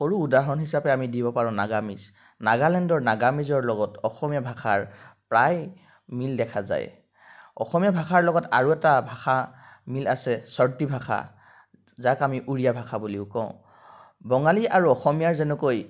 সৰু উদাহৰণ হিচাপে আমি দিব পাৰোঁ নাগামিজ নাগালেণ্ডৰ নাগামিজৰ লগত অসমীয়া ভাষাৰ প্ৰায় মিল দেখা যায় অসমীয়া ভাষাৰ লগত আৰু এটা ভাষা মিল আছে চৰ্টি ভাষা যাক আমি উৰিয়া ভাষা বুলিও কওঁ বঙালী আৰু অসমীয়াৰ যেনেকৈ